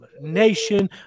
Nation